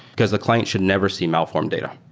because the client should never see malformed data.